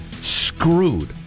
screwed